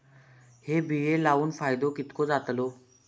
हे बिये लाऊन फायदो कितको जातलो?